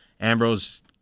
Ambrose